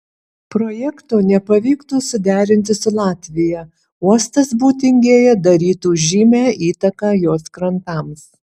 projekto nepavyktų suderinti su latvija uostas būtingėje darytų žymią įtaką jos krantams